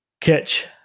catch